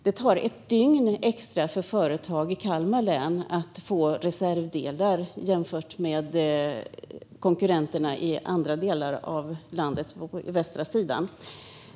Det tar ett dygn extra för företag i Kalmar län att få reservdelar jämfört med konkurrenterna i västra Sverige.